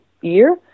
year